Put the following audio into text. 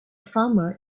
farmer